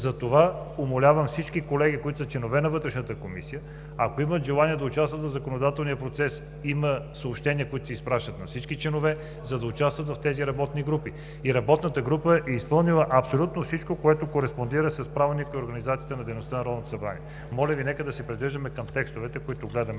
Затова умолявам всички колеги, които са членове на Вътрешната комисия, ако имат желание да участват в законодателния процес, има съобщения, които се изпращат на всички членове, за да участват в тези работни групи. Работната група е изпълнила абсолютно всичко, което кореспондира с Правилника за организацията и дейността на Народното събрание. Моля Ви, нека да се придържаме към текстовете, които гледаме